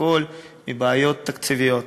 הכול מבעיות תקציביות.